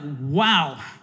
wow